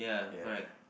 ya